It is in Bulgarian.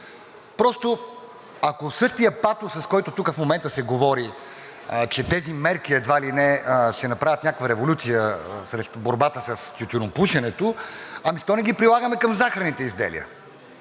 Просто ако със същия патос, с който тук в момента се говори, че тези мерки едва ли не ще направят някаква революция в борбата с тютюнопушенето, ами защо не ги прилагаме към захарните изделия?